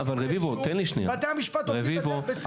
אז בתי המשפט עומדים בדרך.